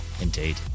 Indeed